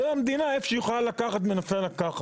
זה, המדינה, איפה שהיא יכולה לקחת, מנסה לקחת.